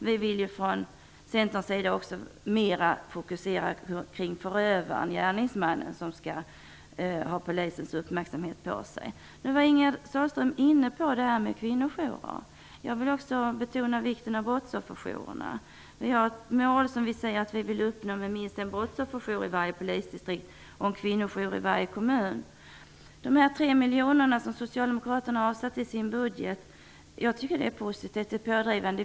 Vi vill från Centerns sida att polisens uppmärksamhet mera fokuseras kring förövaren, gärningsmannen. Ingegerd Sahlström var inne på kvinnojourer. Jag vill betona vikten av brottsofferjourerna. Vi har i Centern som mål att ha minst en brottsofferjour i varje polisdistrikt och en kvinnojour i varje kommun. 3 miljoner kronor har Socialdemokraterna avsatt i sin budget, och det tycker jag är positivt och pådrivande.